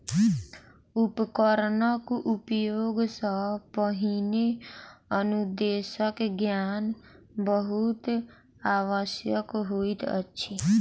उपकरणक उपयोग सॅ पहिने अनुदेशक ज्ञान बहुत आवश्यक होइत अछि